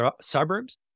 suburbs